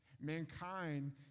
Mankind